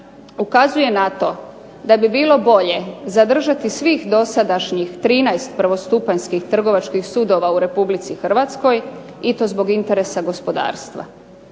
ukazuje na to da bi bilo bolje zadržati svih dosadašnjih 13 prvostupanjskih trgovačkih sudova u Republici Hrvatskoj i to zbog interesa gospodarstva.